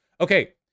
Okay